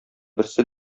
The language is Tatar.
берсе